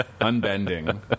Unbending